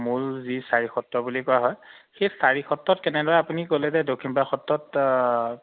মূল যি চাৰি সত্ৰ বুলি কোৱা হয় সেই চাৰি সত্ৰত কেনেদৰে আপুনি ক'লে যে দক্ষিণপাট সত্ৰত